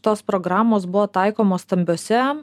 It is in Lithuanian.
tos programos buvo taikomos stambiose